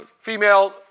female